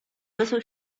little